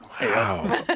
Wow